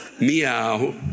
Meow